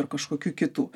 ar kažkokių kitų